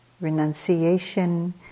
renunciation